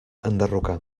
enderrocar